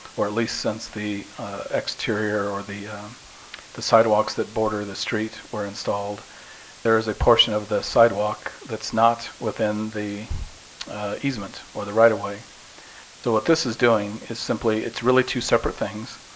or at least since the exterior or the the sidewalks that border the street were installed there is a portion of the sidewalk that's not within the easement or the right of way. so what this is doing is simply it's really two separate things.